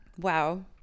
Wow